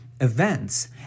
events